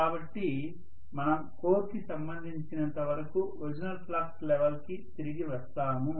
కాబట్టి మనం కోర్ కి సంబంధించినంత వరకు ఒరిజినల్ ఫ్లక్స్ లెవెల్ కి తిరిగి వస్తాము